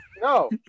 No